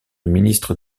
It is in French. ministre